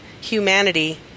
humanity